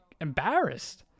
embarrassed